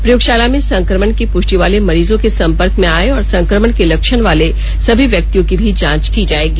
प्रयोगशाला में संक्रमण की पृष्टि वाले मरीजों के सम्पर्क में आए और संक्रमण के लक्षण वाले सभी व्यक्तियों की भी जांच की जाएगी